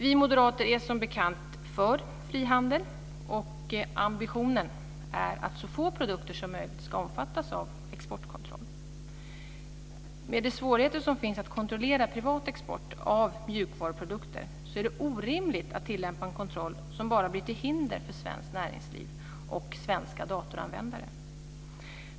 Vi moderater är som bekant för fri handel, och ambitionen är att så få produkter som möjligt ska omfattas av exportkontroll. Med de svårigheter som finns att kontrollera privat export av mjukvaruprodukter är det orimligt att tillämpa en kontroll som bara blir till hinder för svenskt näringsliv och svenska datoranvändare.